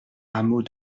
hameau